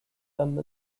them